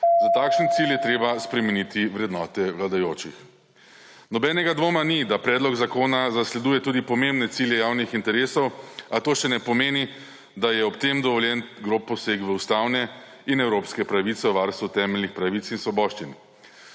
Za takšen cilj je treba spremeniti vrednote vladajočih. Nobenega dvoma ni, da predlog zakona zasleduje tudi pomembne cilje javnih interesov, a to še ne pomeni, da je ob tem dovoljen grob poseg v ustavne in evropske pravice o varstvu temeljnih pravic in svoboščin.